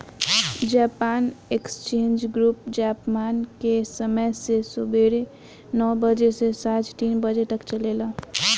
Japan exchange group Japan के समय से सुबेरे नौ बजे से सांझ तीन बजे तक चलेला